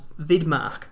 Vidmark